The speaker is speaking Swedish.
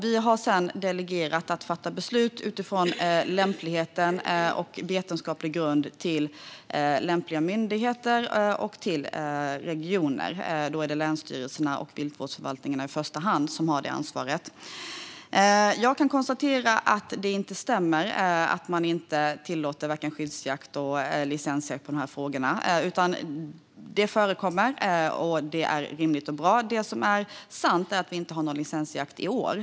Vi har sedan delegerat beslutsfattandet till lämpliga myndigheter och regioner, som ska utgå från lämplighet och vetenskaplig grund. Det är i första hand länsstyrelserna och viltvårdsförvaltningarna som har detta ansvar. Jag kan konstatera att det inte stämmer att varken skyddsjakt eller licensjakt tillåts. Det förekommer, och det är rimligt och bra. Det som är sant är att vi inte har någon licensjakt i år.